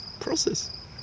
process